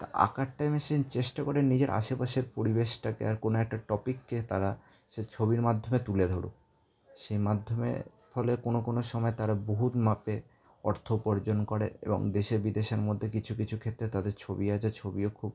তা আঁকার টাইমে সে চেষ্টা করে নিজের আশেপাশের পরিবেশটাকে আর কোনও একটা টপিককে তারা সে ছবির মাধ্যমে তুলে ধরুক সেই মাধ্যমে ফলে কোনও কোনও সময় তারা বহুত মাপে অর্থ উপার্জন করে এবং দেশে বিদেশের মধ্যে কিছু কিছু ক্ষেত্রে তাদের ছবি আছে ছবিও খুব